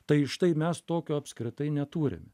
tai štai mes tokio apskritai neturime